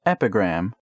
Epigram